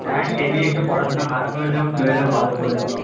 হ্যাঁ টেনে একটু পড়াশোনা খারাপ হয়েছে আবার টুয়েলভে ভালো করেছে